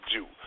Jew